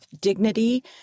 dignity